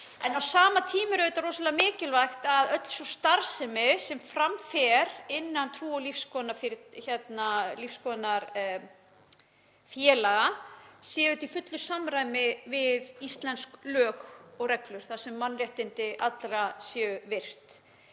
En á sama tíma er auðvitað rosalega mikilvægt að öll sú starfsemi sem fram fer innan trú- og lífsskoðunarfélaga sé í fullu samræmi við íslensk lög og reglur þar sem mannréttindi allra eru virt.